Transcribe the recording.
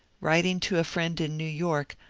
writing to a friend in new york,